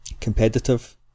competitive